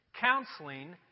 counseling